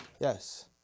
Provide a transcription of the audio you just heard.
Yes